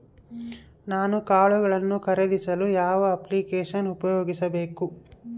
ನಾನು ಕಾಳುಗಳನ್ನು ಖರೇದಿಸಲು ಯಾವ ಅಪ್ಲಿಕೇಶನ್ ಉಪಯೋಗಿಸಬೇಕು?